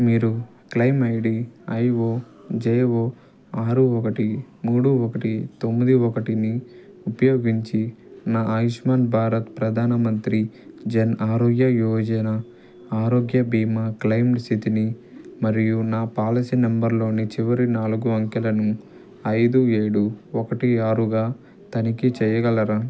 మీరు claim ID IOJO ఆరు ఒకటి మూడు ఒకటి తొమ్మిది ఒకటిని ఉపయోగించి నా ఆయుష్మాన్ భారత్ ప్రధాన మంత్రి జన ఆరోగ్య యోజన ఆరోగ్య బీమా క్లయిమ్ స్థితిని మరియు నా పాలసీ నంబర్లోని చివరి నాలుగు అంకెలను ఐదు ఏడు ఒకటి ఆరుగా తనిఖీ చెయ్యగలరా